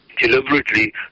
deliberately